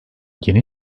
yeni